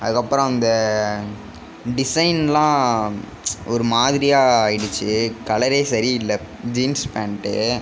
அதுக்கு அப்புறம் அந்த டிசைன்லாம் ஒரு மாதிரியாக ஆயிடுச்சு கலரே சரியில்ல ஜீன்ஸ் பேண்ட்டு